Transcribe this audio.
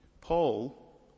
Paul